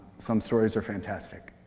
some stories are fantastic,